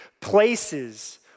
places